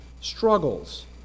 struggles